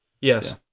Yes